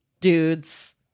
dudes